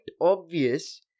obvious